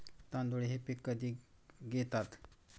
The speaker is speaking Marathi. तांदूळ हे पीक कधी घेतात?